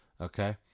Okay